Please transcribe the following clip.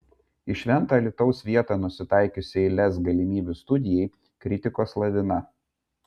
į šventą alytaus vietą nusitaikiusiai lez galimybių studijai kritikos lavina